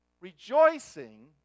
Rejoicing